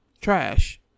trash